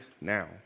now